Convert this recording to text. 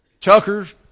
chuckers